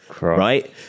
right